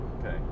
Okay